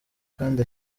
kandi